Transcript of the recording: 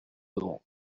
devront